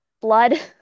Blood